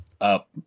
up